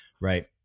right